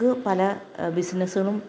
ക്ക് പല ബിസിനസുളും